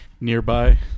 nearby